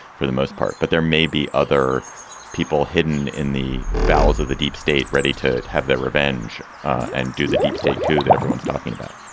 for the most part. but there may be other people hidden in the bowels of the deep state ready to have their revenge and do the deep state coup that everyone's talking about